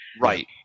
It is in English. Right